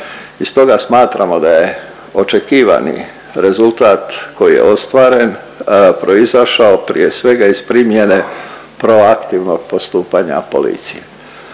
i stoga smatramo da je očekivani rezultat koji je ostvaren proizašao prije svega iz primjene proaktivnog postupanja policije.